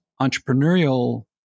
entrepreneurial